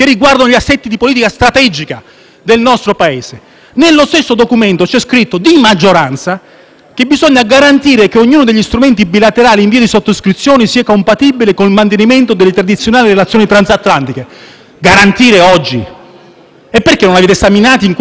che bisogna «garantire che ognuno degli strumenti bilaterali in via di sottoscrizione sia compatibile col mantenimento delle tradizionali relazioni transatlantiche». Garantirlo oggi? Non li avete esaminati in questi sette mesi? E poi c'è l'ultimo impegno che riguarda i nuovi rapporti. Bene, signor